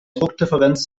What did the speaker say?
druckdifferenz